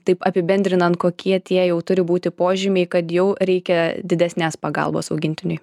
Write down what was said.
taip apibendrinant kokie tie jau turi būti požymiai kad jau reikia didesnės pagalbos augintiniui